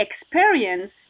experience